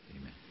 Amen